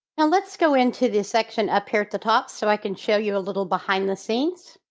and let's go into the section up here at the top so i can show you a little behind the scenes.